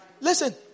Listen